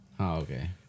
Okay